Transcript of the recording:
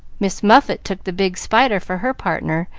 miss muffet took the big spider for her partner,